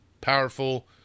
powerful